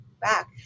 back